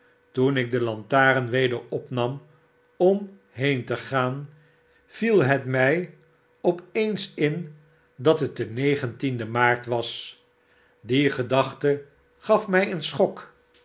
toen ik de lantaren weder opnam om heen te gaan viel het mij op eens in dat het de negentiende maart was die gedachte gaf mij een schok